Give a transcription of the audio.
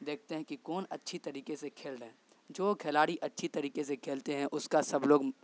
دیکھتے ہیں کہ کون اچھی طریقے سے کھیل رہے ہیں جو کھلاڑی اچھی طریقے سے کھیلتے ہیں اس کا سب لوگ